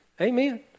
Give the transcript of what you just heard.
Amen